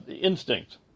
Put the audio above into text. instinct